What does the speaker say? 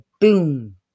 boom